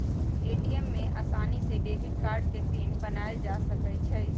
ATM में आसानी से डेबिट कार्ड के पिन बनायल जा सकई छई